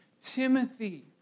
Timothy